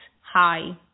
high